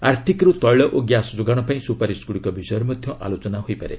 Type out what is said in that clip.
ଆର୍ଟିକରୁ ତେଳ ଓ ଗ୍ୟାସ୍ ଯୋଗାଣ ପାଇଁ ସୁଯୋଗଗୁଡ଼ିକ ବିଷୟରେ ମଧ୍ୟ ଆଲୋଚନା ହୋଇପାରେ